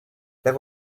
there